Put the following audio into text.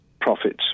profits